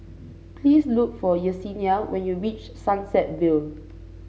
please look for Yessenia when you reach Sunset Vale